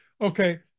Okay